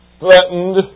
threatened